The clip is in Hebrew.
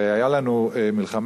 הרי היתה לנו במשך הרבה שנים מלחמה